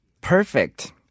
Perfect